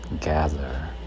gather